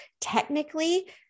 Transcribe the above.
Technically